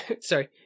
Sorry